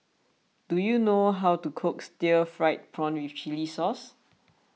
do you know how to cook Stir Fried Prawn with Chili Sauce